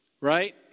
right